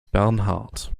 bernhard